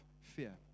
fear